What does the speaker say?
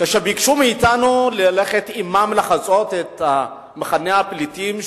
כשביקשו מאתנו ללכת עמם, לחצות את מחנה הפליטים,